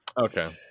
Okay